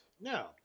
No